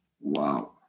wow